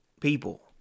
people